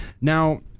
Now